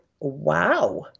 wow